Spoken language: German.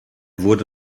wurde